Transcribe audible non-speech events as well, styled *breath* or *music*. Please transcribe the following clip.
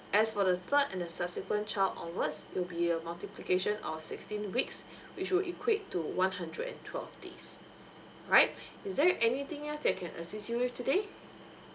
as for the third and the subsequent child onwards it will be a multiplication of sixteen weeks *breath* which would equate to one hundred and twelve days *breath* right *breath* is there anything else that I can assist you with today